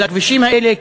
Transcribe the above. אל הכבישים האלה,